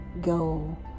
go